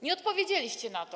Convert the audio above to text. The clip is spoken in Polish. Nie odpowiedzieliście na to.